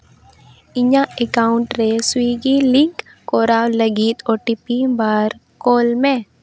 ᱤᱧᱟᱹᱜ ᱮᱠᱟᱣᱩᱱᱴ ᱨᱮ ᱥᱩᱭᱜᱤ ᱞᱤᱝᱠ ᱠᱚᱨᱟᱣ ᱞᱟᱹᱜᱤᱫ ᱳᱴᱤᱯᱤ ᱵᱟᱨ ᱠᱚᱞ ᱢᱮ